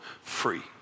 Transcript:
free